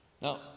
now